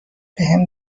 بهم